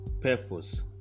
purpose